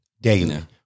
daily